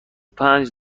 پنج